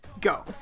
Go